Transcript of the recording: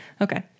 Okay